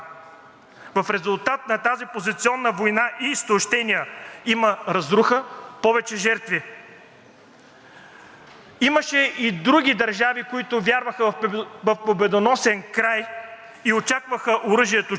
Имаше и други държави, които вярваха в победоносен край и очакваха оръжието чудо, но дочакаха едно друго знаме на техния парламент. Аз мисля, че изходът са преговори,